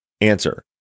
Answer